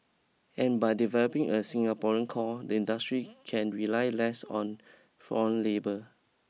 and by developing a Singaporean core the industry can rely less on foreign labour